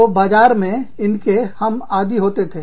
तो बाजार में इनके हम आदी होते थे